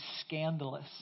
scandalous